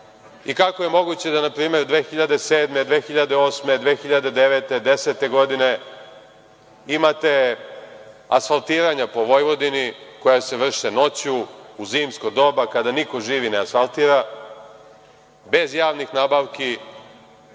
i kako je moguće da npr. 2007, 2008, 2009, 2010. godine imate asfaltiranja po Vojvodini koja se vrše noću, u zimsko doba, kada niko živi ne asfaltira, bez javnih nabavki,